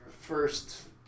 first